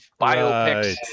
biopics